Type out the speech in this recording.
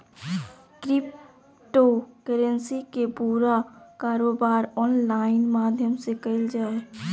crypto currency के पूरा कारोबार ऑनलाइन माध्यम से क़इल जा हइ